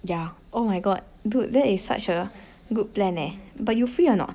yeah oh my god but that is such a good plan eh but you free or not